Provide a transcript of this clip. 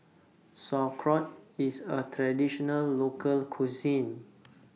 Sauerkraut IS A Traditional Local Cuisine